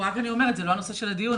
נושא הדיון,